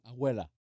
abuela